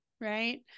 Right